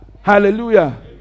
Hallelujah